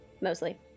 mostly